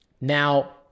Now